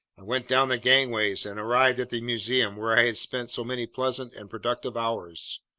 i went down the gangways and arrived at the museum where i had spent so many pleasant and productive hours.